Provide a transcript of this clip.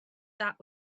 that